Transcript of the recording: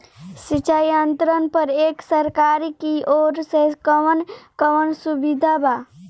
सिंचाई यंत्रन पर एक सरकार की ओर से कवन कवन सुविधा बा?